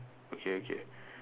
okay okay